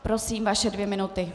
Prosím, vaše dvě minuty.